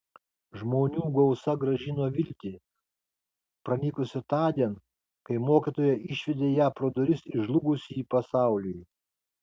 žmonių gausa grąžino viltį pranykusią tądien kai mokytoja išvedė ją pro duris į žlugusį pasaulį